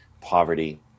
poverty